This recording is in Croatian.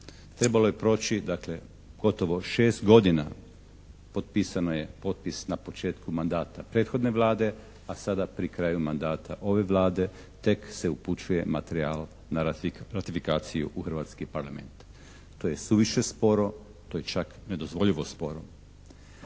Trebalo je proći dakle gotovo 6 godina, potpisano je potpis na početku mandata prethodne Vlade, a sada pri kraju mandata ove Vlade tek se upućuje materijal na ratifikaciju u Hrvatski Parlament. To je suviše sporo, to je čak nedozvoljivo sporo